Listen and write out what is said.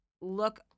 look